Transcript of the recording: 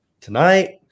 tonight